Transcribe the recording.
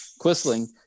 Quisling